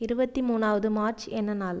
இருபத்தி மூணாவது மார்ச் என்ன நாள்